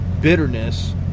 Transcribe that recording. bitterness